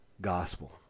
gospel